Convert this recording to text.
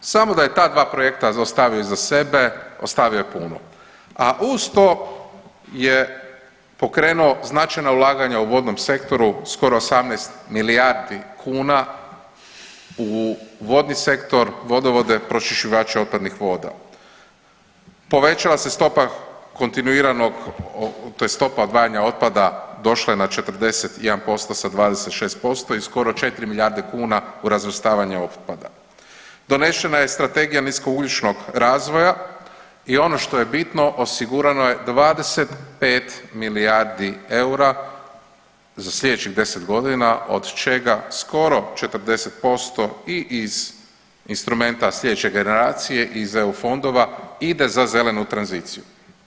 Samo da je ta dva projekta ostavio iza sebe ostavio je puno, a uz to je pokrenuo značajna ulaganja u vodnom sektoru skoro 18 milijardi kuna u vodni sektor, vodovode, pročišćivače otpadnih voda, povećala se stopa kontinuiranog tj. stopa odvajanja otpada došla je na 41% sa 26% i skoro 4 milijarde kuna u razvrstavanje otpada, donešena je Strategija nisko ugljičnog razvoja i ono što je bitno osigurano je 25 milijardi eura za sljedećih 10 godina od čega skoro 40% i iz instrumenta sljedeće generacije iz eu fondova ide za zelenu tranziciju.